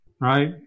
right